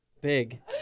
Big